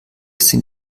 sind